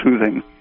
soothing